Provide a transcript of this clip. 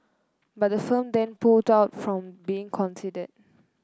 but the firm then pulled out from being considered